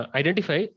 identify